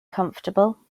comfortable